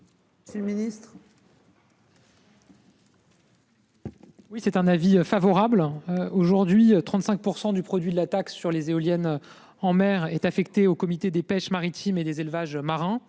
Ses ministres. Oui c'est un avis favorable. Aujourd'hui 35% du produit de la taxe sur les éoliennes en mer est affecté au comité des pêches maritimes et des élevages marins